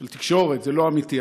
התקשורת, זה לא אמיתי.